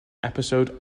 episode